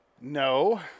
No